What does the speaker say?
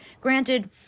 Granted